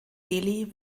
delhi